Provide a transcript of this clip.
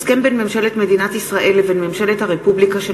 הסכם בין ממשלת מדינת ישראל לבין ממשלת הרפובליקה של